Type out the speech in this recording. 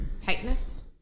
Tightness